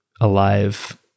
alive